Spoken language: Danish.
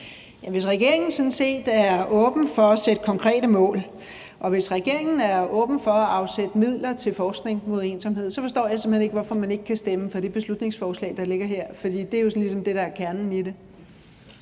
hvis regeringen er åben for at afsætte midler til forskning mod ensomhed, så forstår jeg simpelt hen ikke, hvorfor man ikke kan stemme for det beslutningsforslag, der ligger her. For det er jo sådan